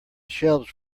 shelves